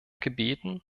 gebeten